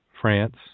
France